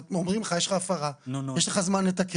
אומרים לו שיש לו הפרה, יש לו זמן לתקן.